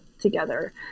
together